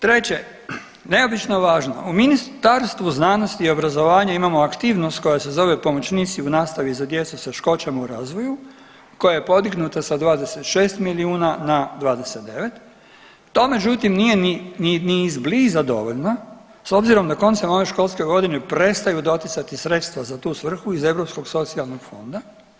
Treće, neobično je važno u Ministarstvu znanosti i obrazovanja imamo aktivnost koja se zove Pomoćnici u nastavi za djecu s teškoćama u razvoju koja je podignuta sa 26 milijuna na 29, to međutim nije ni, ni, ni iz bliza dovoljno s obzirom da koncem ove školske godine prestaju doticati sredstva za tu svrhu iz Europskog socijalnog fonda.